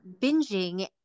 binging